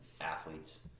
athletes